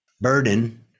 burden